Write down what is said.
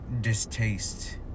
distaste